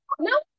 no